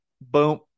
boom